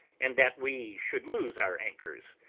and that we should lose our anchors,